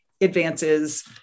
advances